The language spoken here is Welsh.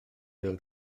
bêl